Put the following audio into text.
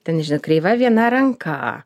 ten kreiva viena ranka